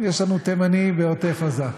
יש לנו תימני בעוטף-עזה.